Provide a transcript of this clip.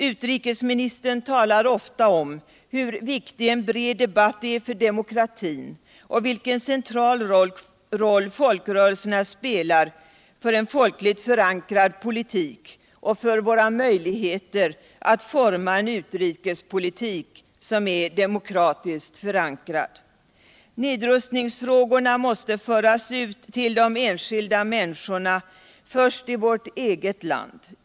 Utrikosministern talar ofta om hur viktig en bred debatt är för demokratin och vilken central roll fölkrörelserna spelar för en folkligt förankrad politik och för våra möjligheter att forma en utrikespolitik som är demokratiskt förankrad. Nedrustningstrågorna måste föras ut till de enskilda människorna först i vårt eget land.